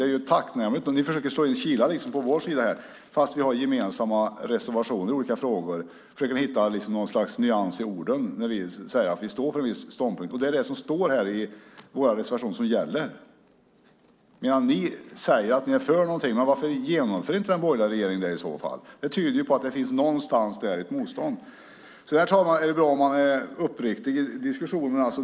Nu försöker man slå in kilar mellan oss i oppositionen trots att vi har gemensamma reservationer i olika frågor. Man försöker hitta nyanser i orden när vi säger att vi står för en viss ståndpunkt. Det som står i våra reservationer är det som gäller. Alliansen å sin sida säger att de är positiva till åtgärder, men frågan är varför den borgerliga regeringen i så fall inte genomför dem. Det tyder på att det någonstans finns ett motstånd. Sedan är det bra, herr talman, om man är uppriktig i diskussionen.